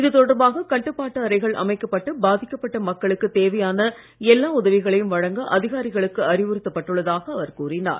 இது தொடர்பாக கட்டுப்பாட்டு அறைகள் அமைக்கப்பட்டு பாதிக்கப்பட்ட மக்களுக்கு தேவையான எல்லா உதவிகளையும் வழங்க அதிகாரிகளுக்கு அறிவுறுத்தப் பட்டுள்ளதாக அவர் கூறினார்